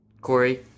Corey